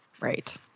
Right